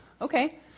okay